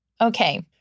Okay